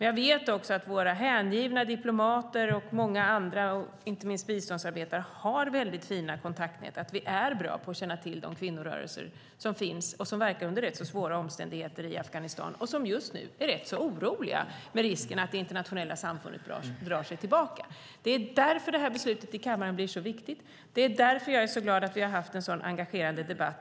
Jag vet också att våra hängivna diplomater och många andra, inte minst biståndsarbetare, har mycket fina kontaktnät och att vi är bra på att känna till de kvinnorörelser som finns och som verkar under rätt svåra omständigheter i Afghanistan och som just nu är rätt oroliga, med risken att det internationella samfundet drar sig tillbaka. Det är därför beslutet här i kammaren blir så viktigt. Det är därför jag är så glad att vi har haft en så engagerad debatt.